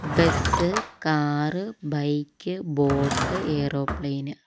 bus car bike boat aeroplane